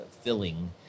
filling